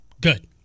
Good